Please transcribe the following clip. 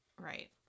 Right